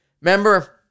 Remember